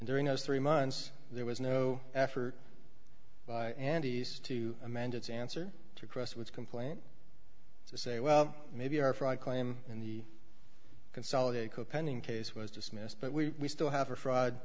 during those three months there was no effort by andy's to amend its answer to cross which complaint to say well maybe our fraud claim in the consolidate co pending case was dismissed but we still have a fr